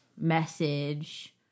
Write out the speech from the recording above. message